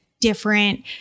different